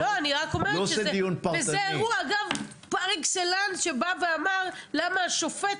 זה אירוע פר אקסלנס שבא ואמר למה השופט